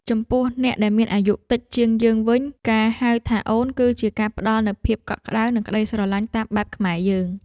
ចំពោះអ្នកដែលមានអាយុតិចជាងយើងវិញ ការហៅថាអូនគឺជាការផ្ដល់នូវភាពកក់ក្តៅនិងក្ដីស្រឡាញ់តាមបែបខ្មែរយើង។